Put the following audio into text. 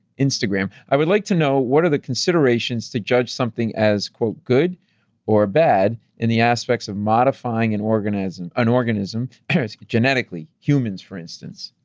instagram, i would like to know, what are the considerations to judge something as good or bad in the aspect of modifying an organism an organism genetically, humans for instance?